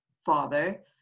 father